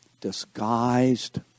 disguised